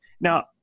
now